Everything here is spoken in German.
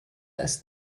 ist